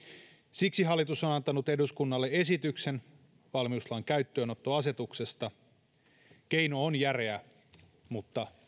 siksi hallitus on antanut eduskunnalle esityksen valmiuslain käyttöönottoasetuksesta keino on järeä mutta